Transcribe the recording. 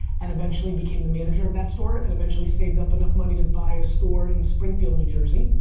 and eventually became the manager of that store, and eventually saved up enough money to buy a store in springfield, new jersey.